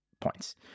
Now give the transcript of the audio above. points